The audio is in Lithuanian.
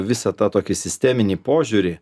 visą tą tokį sisteminį požiūrį